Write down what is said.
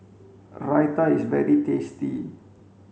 Raita is very tasty